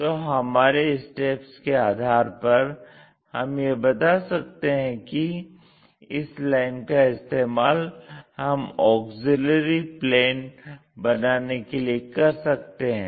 तो हमारे स्टेप्स के आधार पर हम यह बता सकते हैं कि इस लाइन का इस्तेमाल हम ऑक्सिलियरी प्लेन बनाने के लिए कर सकते हैं